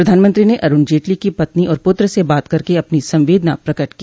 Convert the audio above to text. प्रधानमंत्री ने अरुण जेटली की पत्नी और पुत्र से बात करके अपनी संवेदना प्रकट की